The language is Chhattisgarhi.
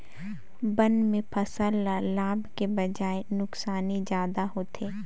बन में फसल ल लाभ के बजाए नुकसानी जादा होथे